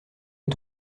est